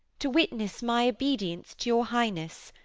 to witness my obedience to your highness,